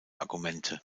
argumente